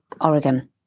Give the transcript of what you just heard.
Oregon